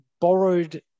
borrowed